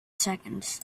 seconds